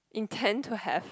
intend to have